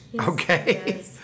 okay